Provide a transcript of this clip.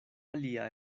alia